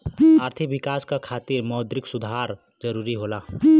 आर्थिक विकास क खातिर मौद्रिक सुधार जरुरी होला